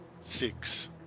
six